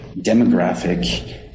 demographic